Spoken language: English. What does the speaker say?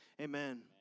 Amen